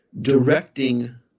directing